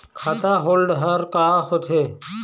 खाता holder का होथे?